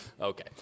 okay